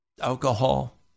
alcohol